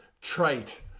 trite